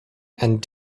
and